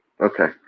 Okay